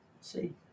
see